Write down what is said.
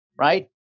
right